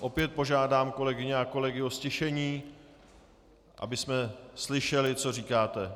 Opět požádám kolegyně a kolegy o ztišení, abychom slyšeli, co říkáte.